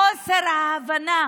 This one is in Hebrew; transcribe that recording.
חוסר ההבנה